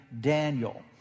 Daniel